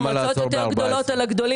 דובר על מקדמה.